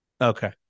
Okay